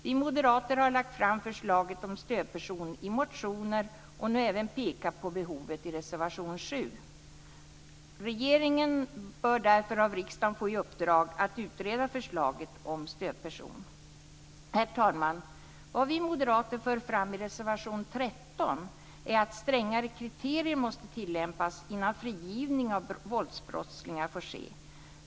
Vi moderater har lagt fram förslag om stödperson i motioner och nu även i reservation 7 där vi pekar på detta behov. Regeringen bör därför av riksdagen få i uppdrag att utreda förslaget om stödperson för brottsoffer. Herr talman! Vad vi moderater för fram i reservation 13 är att strängare kriterier måste tillämpas innan frigivning av våldsbrottslingar får ske.